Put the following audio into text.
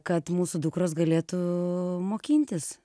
kad mūsų dukros galėtų mokintis